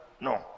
No